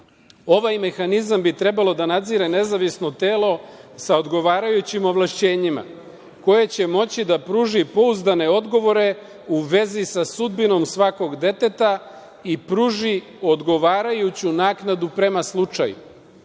mehanizam bi trebalo da nadzire nezavisno telo sa odgovarajućim ovlašćenjima koje će moći da pruži pouzdane odgovore u vezi sa sudbinom svakog deteta i pruži odgovarajuću naknadu prema slučaju. Da